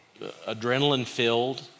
adrenaline-filled